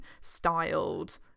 styled